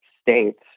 states